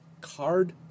card